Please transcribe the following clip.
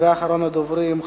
ואחרון הדוברים,